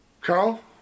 Carl